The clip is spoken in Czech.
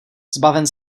zbaven